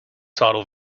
title